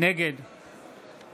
נגד